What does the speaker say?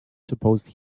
suppose